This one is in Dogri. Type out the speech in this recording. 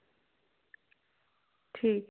ठीक